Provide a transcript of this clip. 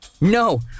No